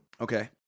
Okay